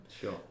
Sure